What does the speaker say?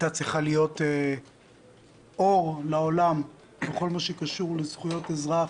הייתה צריכה להיות אור לעולם בכל מה שקשור בזכויות אזרח,